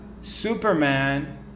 Superman